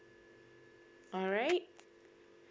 alright